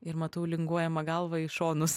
ir matau linguojamą galvą į šonus